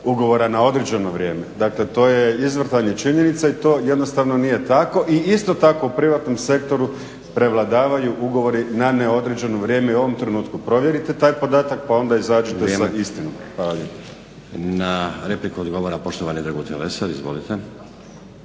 ugovora na određeno vrijeme. Dakle to je izvrtanje činjenica i to jednostavno nije tako i isto tako u privatnom sektoru prevladavaju ugovori na neodređeno vrijeme i u ovom trenutku. Provjerite taj podatak pa onda izađite sa istinom. Hvala lijepo. **Stazić, Nenad (SDP)** Na repliku odgovara poštovani Dragutin Lesar. Izvolite.